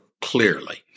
clearly